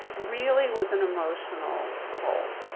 really was an emotional call.